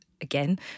again